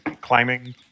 climbing